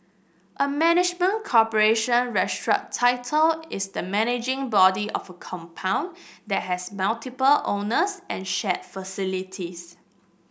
a management corporation strata title is the managing body of a compound that has multiple owners and shared facilities